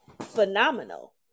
phenomenal